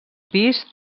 pis